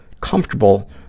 comfortable